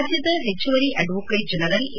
ರಾಜ್ಯದ ಹೆಚ್ಚುವರಿ advocate general A